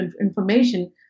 information